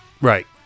Right